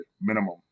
minimum